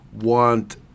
want